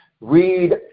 Read